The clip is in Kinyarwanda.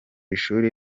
ishuri